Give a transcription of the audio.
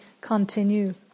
continue